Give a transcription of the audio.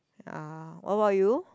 ya what about you